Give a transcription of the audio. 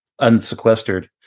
unsequestered